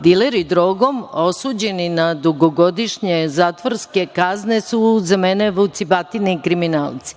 dileri drogom osuđeni na dugogodišnje zatvorske kazne su za mene vucibatine i kriminalci.